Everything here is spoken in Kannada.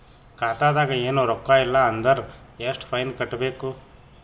ಖಾತಾದಾಗ ಏನು ರೊಕ್ಕ ಇಲ್ಲ ಅಂದರ ಎಷ್ಟ ಫೈನ್ ಕಟ್ಟಬೇಕು?